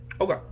Okay